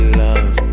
love